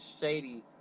shady